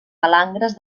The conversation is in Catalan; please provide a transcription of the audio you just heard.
palangres